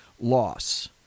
loss